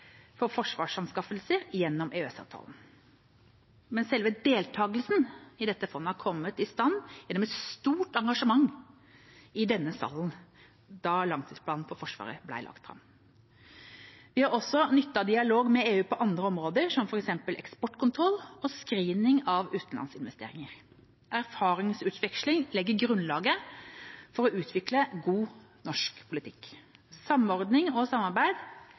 for forsvarsanskaffelser gjennom EØS-avtalen. Men selve deltakelsen i fondet har kommet i stand gjennom et stort engasjement i denne salen da langtidsplanen for Forsvaret ble lagt fram. Vi har også nytte av dialog med EU på andre områder, som f.eks. eksportkontroll og screening av utenlandsinvesteringer. Erfaringsutveksling legger grunnlaget for å utvikle god norsk politikk. Samordning og samarbeid